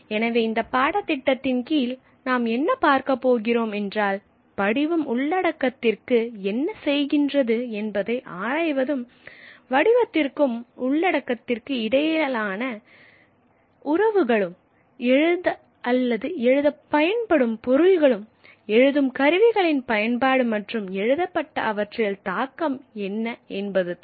எனவே இந்தப் பாடத்திட்டத்தின் கீழ் நாம் என்ன பார்க்கப் போகிறோம் என்றால் படிவம் உள்ளடக்கத்திற்கு என்ன செய்கின்றது என்பதை ஆராய்வதும் வடிவத்திற்கும் உள்ளடக்கத்திற்கு இடையிலான உறவுகளும் எழுத அல்லது எழுதப் பயன்படும் பொருள்களும் எழுதும் கருவிகளின் பயன்பாடு மற்றும் எழுதப்பட்ட அவற்றில் தாக்கம் என்னப என்பதுதான்